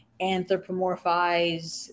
anthropomorphize